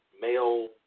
male